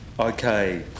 Okay